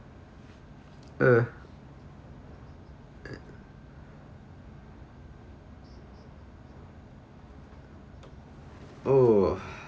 uh oh